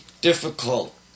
difficult